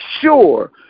sure